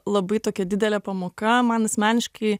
labai tokia didelė pamoka man asmeniškai